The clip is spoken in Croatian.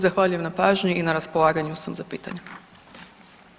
Zahvaljujem na pažnji i na raspolaganju sam za pitanja.